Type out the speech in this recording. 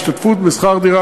השתתפות בשכר-דירה,